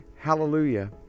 hallelujah